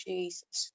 Jesus